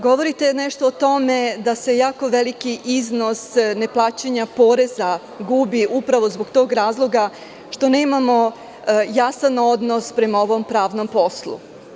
Govorite nešto o tome da se jako veliki iznos neplaćanja poreza gubi upravo zbog tog razloga što nemamo jasan odnos prema ovom pravnom poslu.